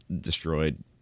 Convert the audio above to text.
destroyed